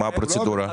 מה הפרוצדורה?